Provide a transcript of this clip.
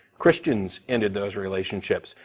christians ended those relationships.